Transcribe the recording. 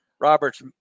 Robert's